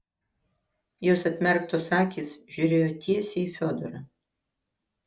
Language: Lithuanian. jos atmerktos akys žiūrėjo tiesiai į fiodorą